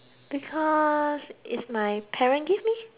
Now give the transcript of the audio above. because is my parent give me